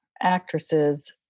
actresses